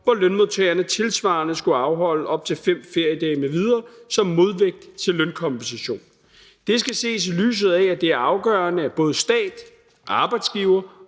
hvor lønmodtagerne tilsvarende skulle afholde op til 5 feriedage m.v. som modvægt til lønkompensation. Det skal ses i lyset af, at det er afgørende, at både stat, arbejdsgiver